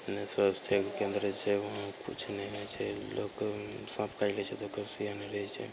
ने स्वास्थयेके केन्द्र छै वहाँ किछु नहि होइ छै लोगके साँप काटि लै छै तऽ एक्को गो सूइया नहि रहय छै